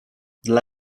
dla